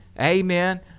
Amen